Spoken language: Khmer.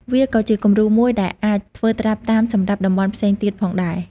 វាក៏ជាគំរូមួយដែលអាចធ្វើត្រាប់តាមសម្រាប់តំបន់ផ្សេងទៀតផងដែរ។